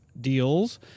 deals